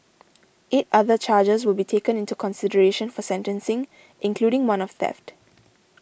eight other charges will be taken into consideration for sentencing including one of theft